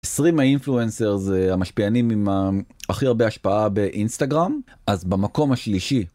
עשרים האינפלואנסר זה המשפיענים עם הכי הרבה השפעה באינסטגרם אז במקום השלישי